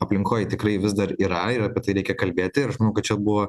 aplinkoj tikrai vis dar yra ir apie tai reikia kalbėti ir žinau kad čia buvo